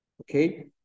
okay